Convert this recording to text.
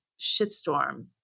shitstorm